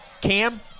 Cam